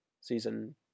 season